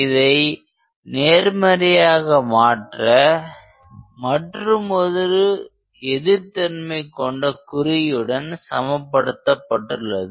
இதை நேர்மறையாக மாற்ற மற்றுமொரு எதிர் தன்மை கொண்ட குறியுடன் சம படுத்தப்பட்டுள்ளது